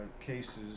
cases